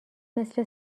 مثل